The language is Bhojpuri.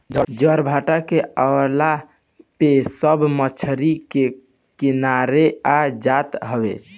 ज्वारभाटा के अवला पे सब मछरी के किनारे आ जात हवे